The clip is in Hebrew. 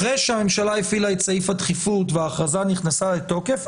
אחרי שהממשלה הפעילה את סעיף הדחיפות וההכרזה נכנסה לתוקף,